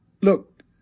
look